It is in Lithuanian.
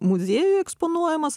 muziejuje eksponuojamas